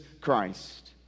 Christ